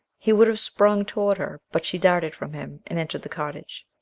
he would have sprung toward her but she darted from him, and entered the cottage.